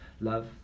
love